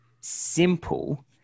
simple